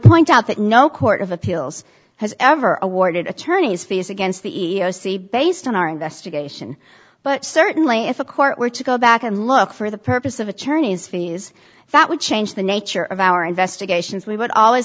point out that no court of appeals has ever awarded attorney's fees against the e e o c based on our investigation but certainly if a court were to go back and look for the purpose of attorney's fees that would change the nature of our investigations we would always